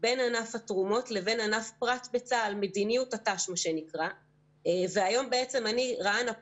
לתת עליה את